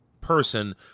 person